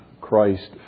Christ